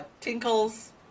tinkles